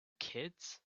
kids